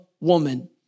woman